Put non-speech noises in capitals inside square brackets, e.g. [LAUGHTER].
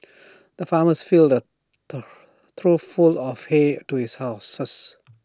the farmer filled A [NOISE] trough full of hay do [UNINTELLIGIBLE] his horses